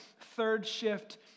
third-shift